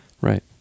Right